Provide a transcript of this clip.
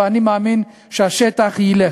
ואני מאמין שהשטח ילך.